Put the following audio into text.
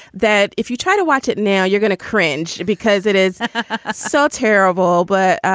that if you try to watch it now, you're gonna cringe because it is so terrible but